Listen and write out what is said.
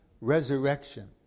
resurrection